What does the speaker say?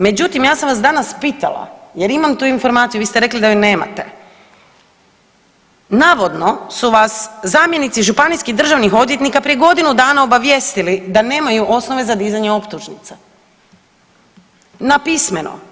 Međutim, ja sam vas danas pitala jer imam tu informaciju, vi ste rekli da je nemate navodno su vas zamjenici županijskih državnih odvjetnika prije godinu dana obavijestili da nemaju osnove za dizanje optužnice, napismeno.